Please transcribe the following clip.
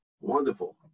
Wonderful